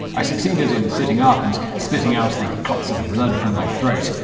i succeeded in sitting up and spitting out the clots of blood from my throat.